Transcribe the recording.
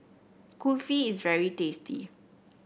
Kulfi is very tasty